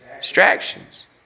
distractions